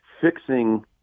fixing